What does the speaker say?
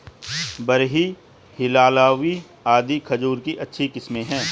बरही, हिल्लावी आदि खजूर की अच्छी किस्मे हैं